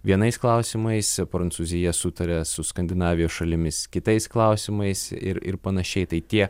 vienais klausimais prancūzija sutaria su skandinavijos šalimis kitais klausimais ir ir panašiai tai tie